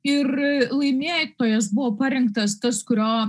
ir laimėtojas buvo parinktas tas kurio